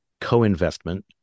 co-investment